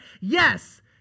yes